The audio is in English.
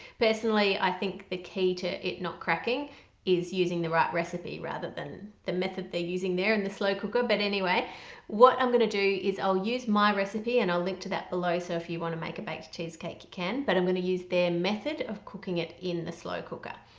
personally i think the key to it not cracking is using the right recipe rather than the method they're using there in the slow cooker but anyway what i'm gonna do is i'll use my recipe and i'll link to that so if you want to make a baked cheesecake you can but i'm gonna use their method of cooking it in the slow cooker.